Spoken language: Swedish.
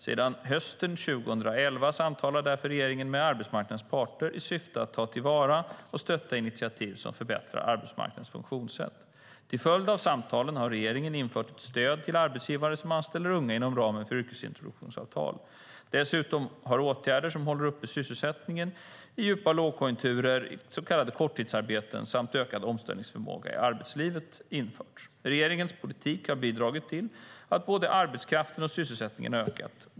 Sedan hösten 2011 samtalar därför regeringen med arbetsmarknadens parter i syfte att ta till vara och stötta initiativ som förbättrar arbetsmarknadens funktionssätt. Till följd av samtalen har regeringen infört stöd till arbetsgivare som anställer unga inom ramen för yrkesintroduktionsavtal. Dessutom har åtgärder som håller uppe sysselsättningen i djupa lågkonjunkturer, så kallade korttidsarbeten, samt ökar omställningsförmågan i arbetslivet införts. Regeringens politik har bidragit till att både arbetskraften och sysselsättningen ökat.